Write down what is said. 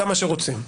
כמה שרוצים.